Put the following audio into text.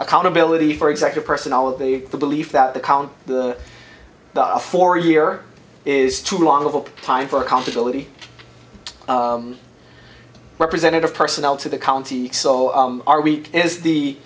accountability for exact a personality the belief that the count the a four year is too long of a time for accountability representative personnel to the county so our week is the